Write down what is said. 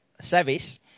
service